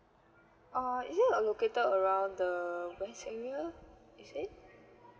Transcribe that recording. uh is it uh located around the west area is it